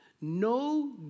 No